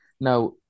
Now